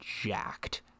jacked